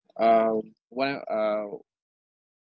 um one uh